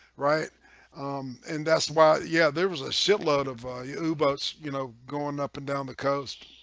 right and that's why yeah there was a shitload of u-boats. you know going up and down the coast